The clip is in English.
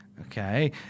Okay